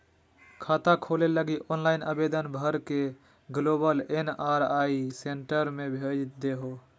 खाता खोले लगी ऑनलाइन आवेदन भर के ग्लोबल एन.आर.आई सेंटर के भेज देहो